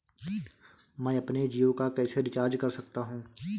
मैं अपने जियो को कैसे रिचार्ज कर सकता हूँ?